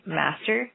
master